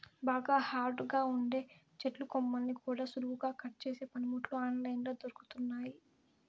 బాగా హార్డ్ గా ఉండే చెట్టు కొమ్మల్ని కూడా సులువుగా కట్ చేసే పనిముట్లు ఆన్ లైన్ లో దొరుకుతున్నయ్యి